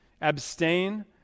Abstain